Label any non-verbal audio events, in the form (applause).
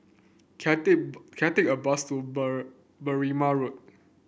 can (unintelligible) can I take a bus to (unintelligible) Berrima Road